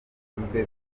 adasanzwe